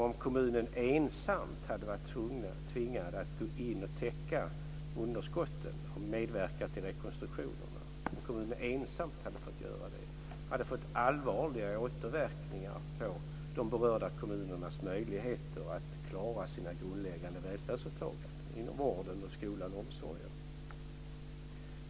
Om kommunerna ensamma hade varit tvungna att gå in och täcka underskotten och medverka till rekonstruktioner, hade det fått allvarliga återverkningar på de berörda kommunernas möjligheter att klara sina grundläggande välfärdsåtaganden inom vården, skolan och omsorgen.